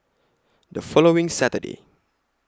The following Saturday